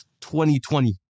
2020